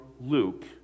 Luke